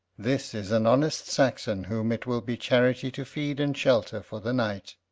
this is an honest saxon whom it will be charity to feed and shelter for the night.